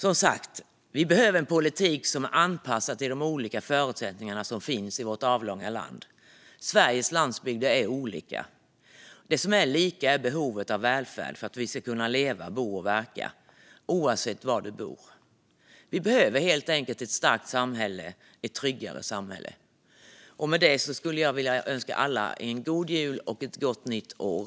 Vi behöver som sagt en politik som är anpassad till de olika förutsättningar som finns i vårt avlånga land. Sveriges landsbygder är olika. Det som är lika är behovet av välfärd för att vi ska kunna leva och verka oavsett var vi bor. Vi behöver helt enkelt ett starkt samhälle, ett tryggare samhälle. Med det vill jag önska alla en god jul och ett gott nytt år.